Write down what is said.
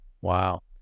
Wow